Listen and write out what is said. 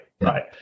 right